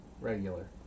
regular